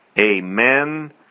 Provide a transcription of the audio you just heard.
Amen